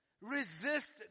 Resist